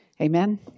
Amen